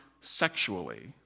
sexually